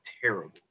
terrible